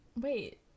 Wait